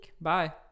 bye